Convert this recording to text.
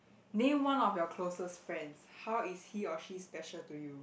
name one of your closest friends how is he or she special to you